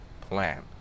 plan